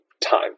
time